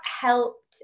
helped